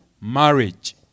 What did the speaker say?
marriage